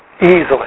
Easily